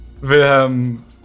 Wilhelm